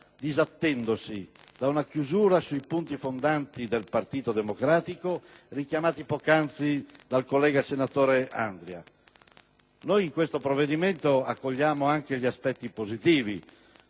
disatteso da una chiusura sui punti fondanti del Partito Democratico, richiamati poc'anzi dal collega Andria. Noi di questo decreto-legge cogliamo anche gli aspetti positivi,